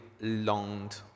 longed